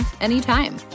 anytime